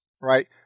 right